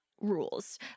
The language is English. rules